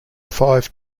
five